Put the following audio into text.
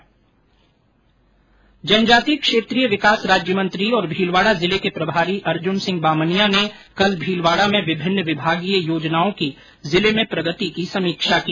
जनजाति क्षेत्रीय विकास राज्य मंत्री और भीलवाड़ा जिले के प्रभारी अर्जुन सिंह बामनिया ने कल भीलवाड़ा में विभिन्न विभागीय योजनाओं की जिले में प्रगति की समीक्षा की